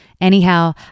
Anyhow